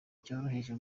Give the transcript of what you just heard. cyoroheje